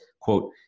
quote